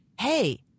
hey